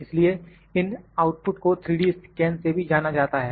इसलिए इन आउटपुट को 3D स्कैन से भी जाना जाता है